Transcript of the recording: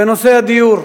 בנושא הדיור,